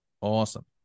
Awesome